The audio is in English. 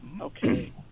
Okay